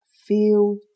Feel